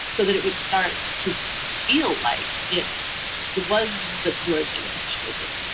so that it would start to feel like it it was the word they would have chosen,